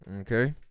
Okay